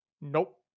nope